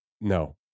no